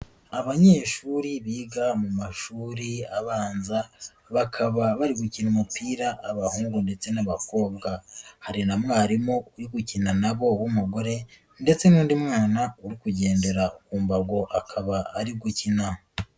Abanyeshuri biga mu mashuri abanza, bakaba bari gukina umupira abahungu ndetse n'abakobwa, hari na mwarimu uri gukina na bo w'umugore ndetse n'undi mwana uri kugendera ku mbago akaba ari gukina.